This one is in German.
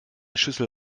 schüssel